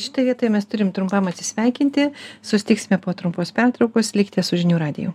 šitoj vietoje mes turim trumpam atsisveikinti susitiksime po trumpos pertraukos likite su žinių radiju